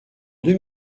deux